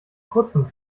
kurzem